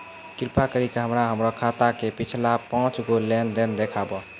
कृपा करि के हमरा हमरो खाता के पिछलका पांच गो लेन देन देखाबो